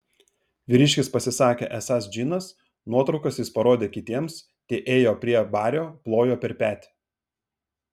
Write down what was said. vyriškis pasisakė esąs džinas nuotraukas jis parodė kitiems tie ėjo prie bario plojo per petį